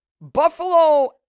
Buffalo